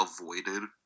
avoided